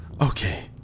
Okay